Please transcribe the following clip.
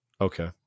Okay